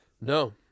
No